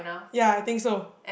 ya I think so